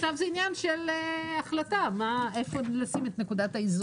זה עניין של החלטה, איפה לשים את נקודת האיזון.